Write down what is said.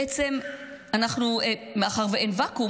בעצם מאחר שאין ואקום,